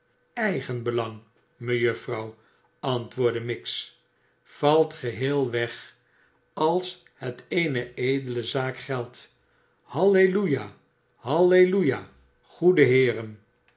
eigenbelang mejuffer antwoordde miggs valt geheel weg als het eene edele zaak geldt halleluja halleluja goede heeren